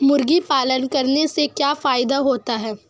मुर्गी पालन करने से क्या फायदा होता है?